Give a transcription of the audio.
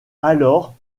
alors